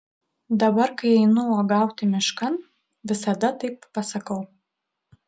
dabar kai einu uogauti miškan visada taip pasakau